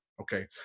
okay